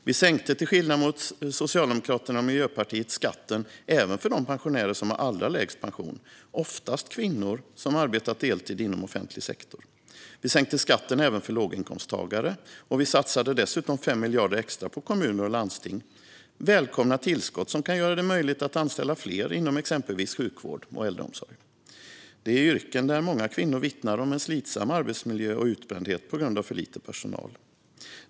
Vi sänkte till skillnad mot Socialdemokraterna och Miljöpartiet skatten även för de pensionärer som har allra lägst pension, oftast kvinnor som arbetat deltid inom offentlig sektor. Vi sänkte skatten även för låginkomsttagare. Vi satsade dessutom 5 miljarder extra på kommuner och landsting - välkomna tillskott som kan göra det möjligt att anställa fler inom exempelvis sjukvård och äldreomsorg. Det är yrken där många kvinnor vittnar om en slitsam arbetsmiljö och utbrändhet på grund av för lite personal.